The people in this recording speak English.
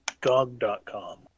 GOG.com